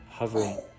hovering